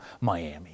Miami